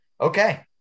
okay